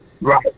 right